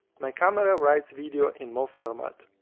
my camera writes video in mov format.